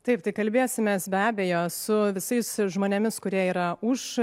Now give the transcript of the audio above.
taip tai kalbėsimės be abejo su visais žmonėmis kurie yra už